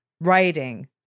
writing